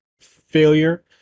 failure